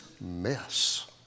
mess